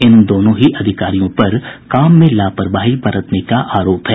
इन दोनों की अधिकारियों पर काम में लापरवाही बरतने का आरोप है